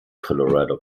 colorado